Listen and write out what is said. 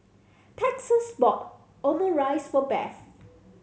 Texas bought Omurice for Beth